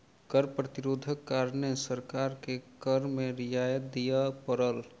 कर प्रतिरोधक कारणें सरकार के कर में रियायत दिअ पड़ल